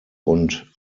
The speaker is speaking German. und